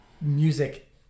Music